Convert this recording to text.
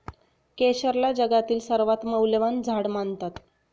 केशरला जगातील सर्वात मौल्यवान झाड मानतात